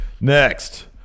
next